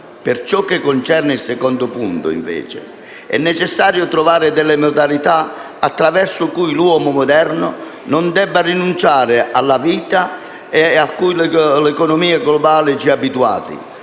Per ciò che concerne il secondo punto, invece, è necessario trovare delle modalità attraverso cui l’uomo moderno non debba rinunciare alla vita a cui l’economia globale ci ha abituato.